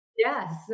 Yes